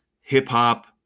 hip-hop